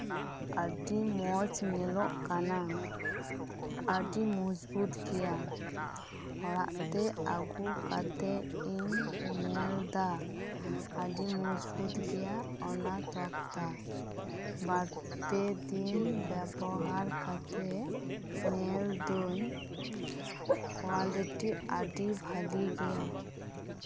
ᱟᱹᱰᱤ ᱢᱚᱸᱡ ᱧᱮᱞᱚᱜ ᱠᱟᱱᱟ ᱟᱹᱰᱤ ᱢᱚᱸᱡᱵᱩᱛ ᱜᱮᱭᱟ ᱚᱲᱟᱜ ᱛᱮ ᱟᱜᱩ ᱠᱟᱛᱮ ᱤᱧ ᱧᱮᱞ ᱫᱟ ᱟᱹᱰᱤ ᱢᱚᱸᱡᱵᱩᱛ ᱜᱮᱭᱟ ᱚᱱᱟ ᱛᱚᱠᱛᱟ ᱵᱟᱨᱼᱯᱮ ᱫᱤᱱ ᱵᱮᱵᱚᱦᱟᱨ ᱠᱟᱛᱮ ᱧᱮᱞᱫᱟᱹᱧ ᱠᱳᱣᱟᱞᱤᱴᱤ ᱟᱹᱰᱤ ᱵᱷᱟᱜᱮ ᱜᱮᱭᱟ